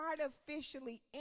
artificially